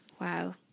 Wow